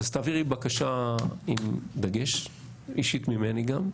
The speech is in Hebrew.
אז תעבירי בקשה עם דגש אישית ממני גם,